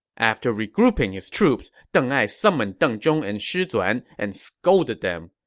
after regrouping his troops, deng ai summoned deng zhong and shi zuan and scolded them.